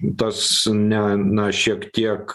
tas ne na šiek tiek